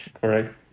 Correct